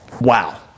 wow